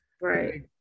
Right